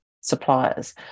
suppliers